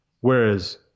whereas